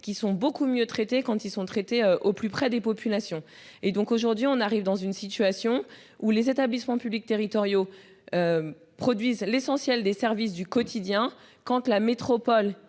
qui sont beaucoup mieux traités quand ils sont traités au plus près des populations et donc aujourd'hui, on arrive dans une situation où les établissements publics territoriaux. Produisent l'essentiel des services du quotidien quand tu la métropole